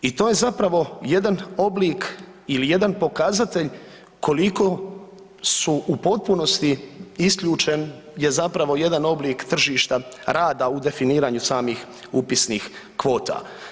I to je zapravo jedan oblik ili jedan pokazatelj koliko su u potpunosti isključen je zapravo jedan oblik tržišta rada u definiraju samih upisnih kvota.